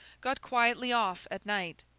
got quietly off at night.